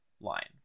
line